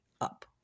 up